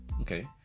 okay